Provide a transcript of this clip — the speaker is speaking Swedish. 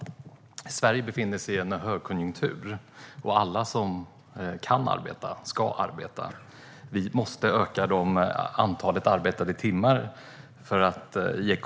Då Christian Holm Barenfeld, som framställt interpellationen, anmält att han var förhindrad att närvara vid sammanträdet medgav andre vice talmannen att Erik Andersson i stället fick delta i överläggningen.